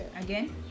Again